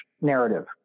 narrative